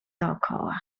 dokoła